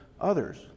others